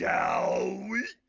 yeah shall we?